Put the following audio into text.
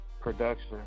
production